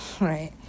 Right